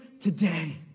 today